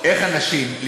איך אנשים,